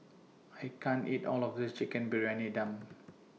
I can't eat All of This Chicken Briyani Dum